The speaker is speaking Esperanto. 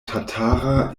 tatara